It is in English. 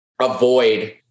avoid